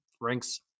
ranks